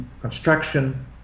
construction